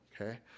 Okay